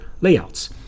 layouts